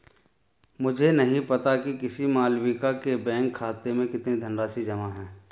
मुझे नही पता कि किसी मालविका के बैंक खाते में कितनी धनराशि जमा है